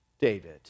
David